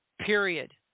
Period